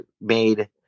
made